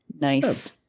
Nice